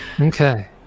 Okay